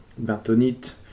bentonite